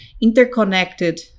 interconnected